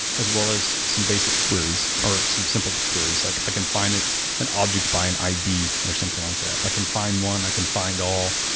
as well as some basic queries, or some simple queries. like i can find ah an object by an id or something like that. i can find one, i can find all.